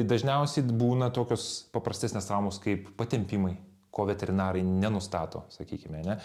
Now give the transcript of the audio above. dažniausiai būna tokios paprastesnės traumos kaip patempimai ko veterinarai nenustato sakykime ane